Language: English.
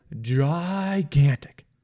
gigantic